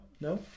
No